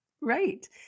Right